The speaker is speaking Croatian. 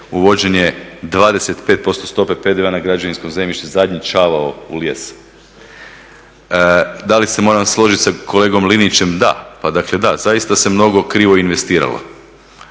uvođenje 25% stope PDV-a na građevinsko zemljište zadnji čavao u lijes. Da li se moram složiti sa kolegom Linićem? Da, pa dakle da zaista se mnogo krivo investiralo